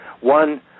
one